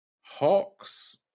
Hawks